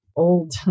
old